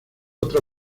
otra